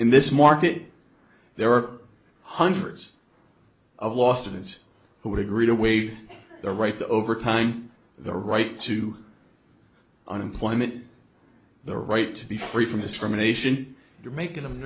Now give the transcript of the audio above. in this market there are hundreds of law students who would agree to waive their right to overtime the right to unemployment the right to be free from discrimination you're making them